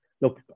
look